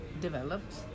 developed